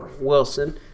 Wilson